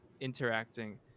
interacting